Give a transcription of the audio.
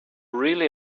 really